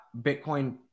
bitcoin